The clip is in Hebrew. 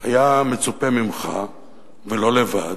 היה מצופה ממך לא לבד,